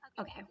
Okay